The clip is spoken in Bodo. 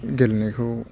गेलेनायखौ